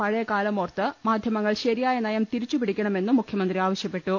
പഴയകാലമോർത്ത് മാധ്യമങ്ങൾ ശരിയായ നയം തിരിച്ചു പിടിക്കണമെന്നും മുഖ്യ മന്ത്രി ആവശ്യപ്പെട്ടു